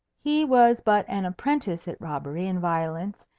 he was but an apprentice at robbery and violence,